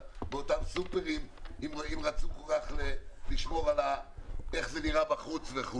בסופרמרקטים אם רצו כל כך לשמור על הנראות בחוץ?